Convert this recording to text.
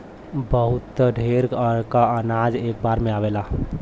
बहुत ढेर क अनाज एक बार में आवेला